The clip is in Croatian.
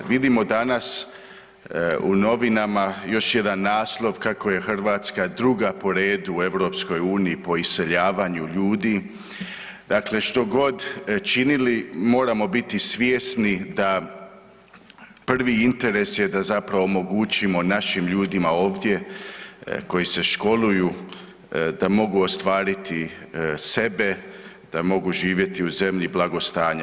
Vidimo danas u novinama još jedan naslov kako je Hrvatska druga po redu u EU po iseljavanju ljudi, dakle što god činili moramo biti svjesni da prvi interes je zapravo da omogućimo našim ljudima ovdje koji se školuju da mogu ostvariti sebe, da mogu živjeti u zemlji blagostanja.